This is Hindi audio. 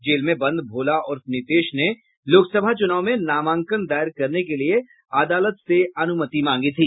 जेल में बंद भोला उर्फ नीतेश ने लोकसभा चूनाव में नामांकन दायर करने के लिए अदालत से अनुमति मांगी थी